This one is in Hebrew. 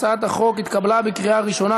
הצעת החוק התקבלה בקריאה ראשונה,